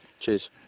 Cheers